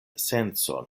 sencon